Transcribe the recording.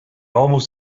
almost